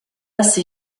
ces